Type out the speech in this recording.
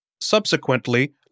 Subsequently